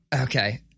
Okay